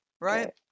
right